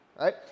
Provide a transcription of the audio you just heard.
Right